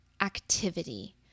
activity